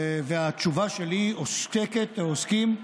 והתשובה שלי עוסקת, או אנו עוסקים,